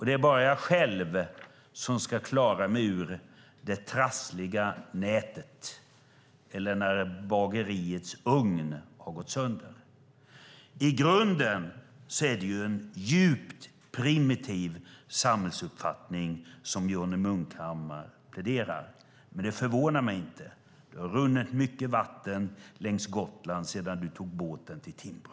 Det är bara jag själv som ska klara mig ur det trassliga nätet eller när bageriets ugn går sönder. I grunden är det en djupt primitiv samhällsuppfattning som Johnny Munkhammar pläderar. Men det förvånar mig inte. Det har runnit mycket vatten längs Gotland sedan han tog båten till Timbro.